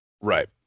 Right